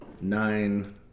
nine